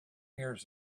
years